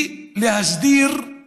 להסדיר את